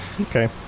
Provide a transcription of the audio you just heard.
Okay